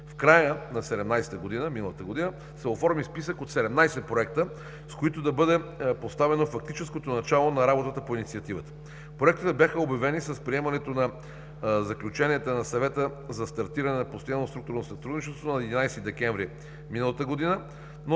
В края на 2017 г. – миналата година, се оформи списък от 17 проекта, с които да бъде поставено фактическото начало на работата по инициативата. Проектите бяха обявени с приемането на заключенията на Съвета за стартиране на Постоянно структурно сътрудничество на 11 декември миналата година, но